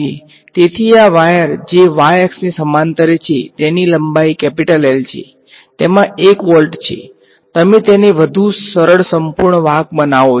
તેથી આ વાયર જે y અક્ષ સમાંતરે છે તેની લંબાઈ L છે તેમાં 1 વોલ્ટ છે તમે તેને વધુ સરળ સંપૂર્ણ વાહક બનાવો છો